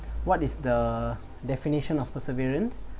what is the definition of perseverance